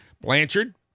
blanchard